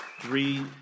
Three